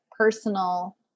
personal